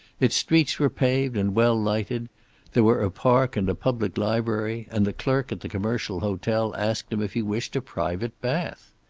its streets were paved and well-lighted, there were a park and a public library, and the clerk at the commercial hotel asked him if he wished a private bath!